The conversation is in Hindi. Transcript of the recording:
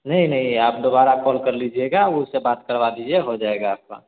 नहीं नहीं आप दोबारा कॉल कर लीजिएगा उससे बात करवा दीजिए हो जाएगा आपका